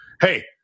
Hey